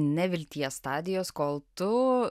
nevilties stadijos kol tu